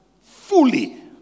fully